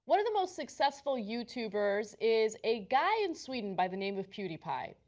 one of the most successful youtubers is a guy in sweden by the name of pewdiepie.